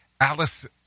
Alice